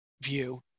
view